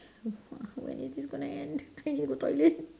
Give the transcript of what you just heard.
!wah! when is this going to end I need to go toilet